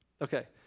Okay